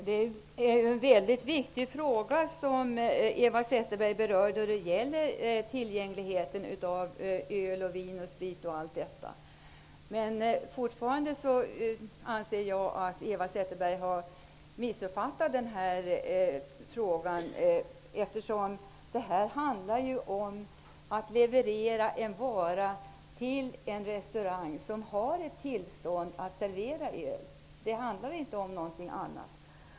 Fru talman! Tillgängligheten av öl, vin och sprit, som Eva Zetterberg berör, är en väldigt viktig fråga. Men fortfarande anser jag att Eva Zetterberg har missuppfattat den fråga som vi nu diskuterar, eftersom det här handlar om att leverera en viss vara till de restauranger som har tillstånd att servera den. Det handlar inte om någonting annat.